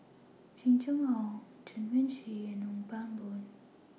Jing Jun Hong Chen Wen Hsi and Ong Pang Boon